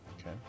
Okay